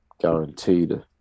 guaranteed